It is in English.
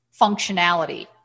functionality